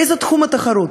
באיזה תחום התחרות?